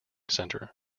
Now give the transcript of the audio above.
centre